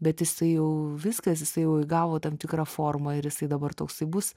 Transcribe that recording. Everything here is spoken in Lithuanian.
bet jisai jau viskas jisai jau įgavo tam tikrą formą ir jisai dabar toksai bus